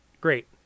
great